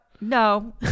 no